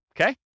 okay